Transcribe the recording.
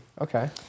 Okay